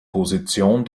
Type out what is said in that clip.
position